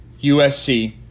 USC